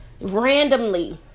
randomly